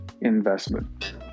investment